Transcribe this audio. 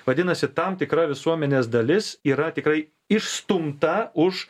vadinasi tam tikra visuomenės dalis yra tikrai išstumta už